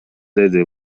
деди